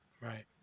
right